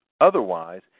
Otherwise